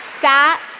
sat